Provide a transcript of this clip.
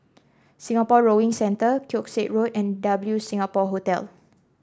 Singapore Rowing Centre Keong Saik Road and W Singapore Hotel